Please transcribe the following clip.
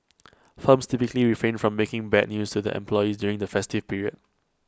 firms typically refrain from breaking bad news to their employees during the festive period